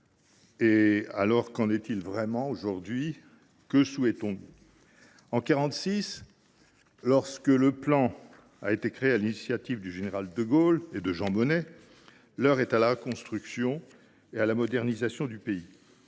» Qu’en est il vraiment et que souhaitons nous ? En 1946, lorsque le Plan a été créé sur l’initiative du général de Gaulle et de Jean Monnet, l’heure était à la reconstruction et à la modernisation du pays.